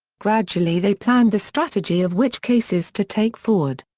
gradually they planned the strategy of which cases to take forward.